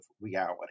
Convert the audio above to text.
reality